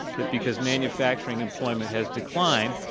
that because manufacturing employment has declined,